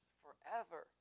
forever